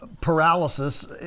paralysis